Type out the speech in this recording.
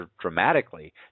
dramatically